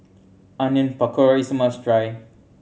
Onion Pakora is must try